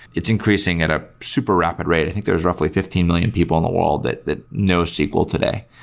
it's increasing at a super rapid rate. i think there's roughly fifteen million people in the world that that knows sql today.